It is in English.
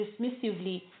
dismissively